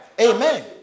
Amen